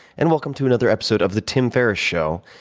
and welcome to another episode of the tim ferriss show,